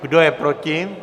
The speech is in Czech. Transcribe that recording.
Kdo je proti?